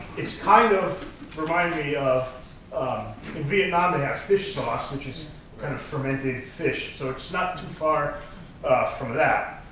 it's kind of reminded me of in vietnam, they have fish sauce, which is kind of fermented fish. so it's not too far from that.